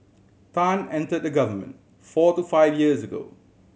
Tan entered the government four to five years ago